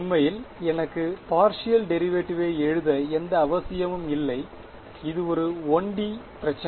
உண்மையில் எனக்கு பார்ஷியல் டெரிவேட்டிவ்வை எழுத எந்த அவசியமும் இல்லை இது ஒரு 1 D என பிரச்னை